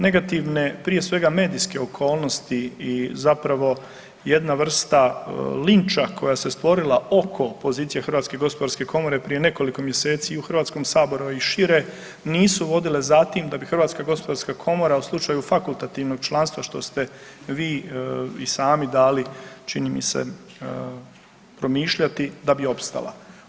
Negativne prije svega medijske okolnosti i zapravo jedna vrsta linča koja se stvorila oko pozicije HGK prije nekoliko mjeseci i u Hrvatskom saboru, a i šire nisu vodile za tim da bi HGK u slučaju fakultativnog članstva što ste vi i sami dali čini mi se promišljati da bi opstala.